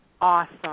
Awesome